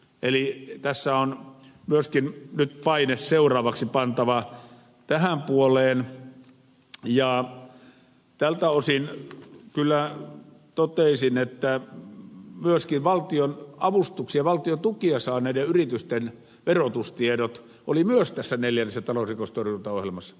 eli tässä on nyt paine seuraavaksi pantava myöskin tähän puoleen ja tältä osin kyllä toteaisin että myöskin valtion avustuksia valtion tukia saaneiden yritysten verotustiedot olivat tässä neljännessä talousrikostorjuntaohjelmassa